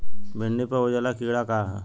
भिंडी पर उजला कीड़ा का है?